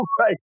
Right